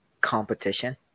competition